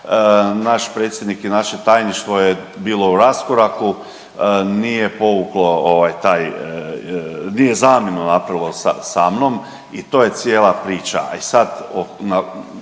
Naš predsjednik i naše tajništvo je bilo u raskoraku, nije povukao ovaj taj, nije zamjenu napravilo sa mnom i to je cijela priča.